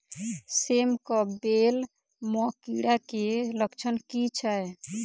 सेम कऽ बेल म कीड़ा केँ लक्षण की छै?